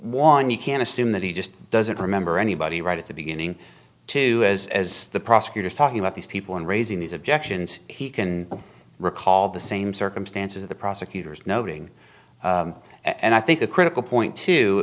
one you can assume that he just doesn't remember anybody right at the beginning to as the prosecutor talking about these people and raising these objections he can recall the same circumstances the prosecutors noting and i think a critical point to